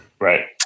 Right